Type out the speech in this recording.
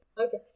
Okay